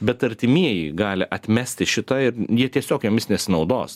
bet artimieji gali atmesti šitą ir jie tiesiog jomis nesinaudos